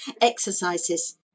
exercises